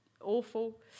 awful